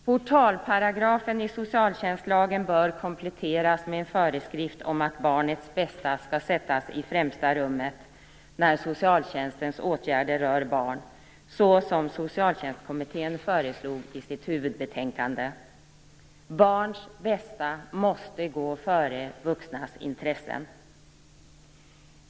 Portalparagrafen i socialtjänstlagen bör kompletteras med en föreskrift om att barnets bästa skall sättas i främsta rummet när socialtjänstens åtgärder rör barn - så som Socialtjänstkommittén föreslog i sitt huvudbetänkande. Barns bästa måste gå före vuxnas intressen.